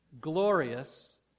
glorious